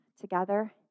together